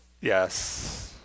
yes